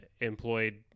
employed